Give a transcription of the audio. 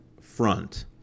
FRONT